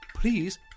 Please